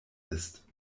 ist